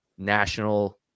national